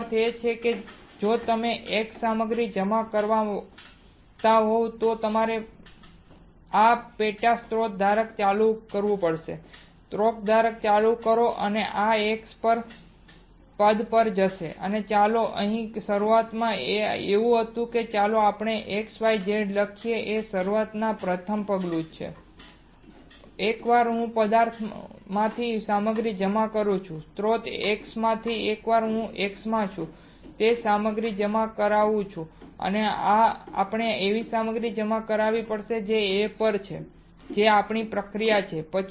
તેનો અર્થ એ છે કે જો તમે X સામગ્રી જમા કરાવતા હોવ તો તમારે આ પેટા સ્રોત ધારકને ચાલુ કરવું પડશે સ્રોત ધારકને ચાલુ કરો અને આ X આ પદ પર જશે ચાલો કહીએ કે શરૂઆતમાં આ એવું હતું ચાલો આપણે X Y Z લખીએ શરૂઆતમાં પ્રથમ પગલું હવે એકવાર હું પદાર્થમાંથી સામગ્રી જમા કરાવું છું સ્રોત X માંથી એકવાર હું X માં છે તે સામગ્રી જમા કરાવું પછી આપણે એવી સામગ્રી જમા કરવી પડશે જે A પર છે જે આપણી પ્રક્રિયા છે